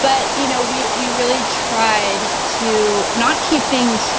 but you know we we really tried to not keep things